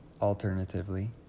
Alternatively